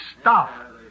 stop